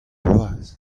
bloaz